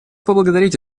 поблагодарить